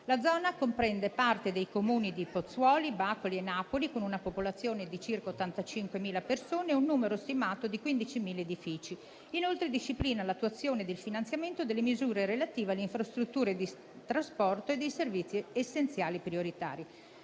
La zona comprende parte dei comuni di Pozzuoli, Bacoli e Napoli, con una popolazione di circa 85.000 persone e un numero stimato di 15.000 edifici. Inoltre, disciplina l'attuazione del finanziamento delle misure relative alle infrastrutture di trasporto e dei servizi essenziali prioritari.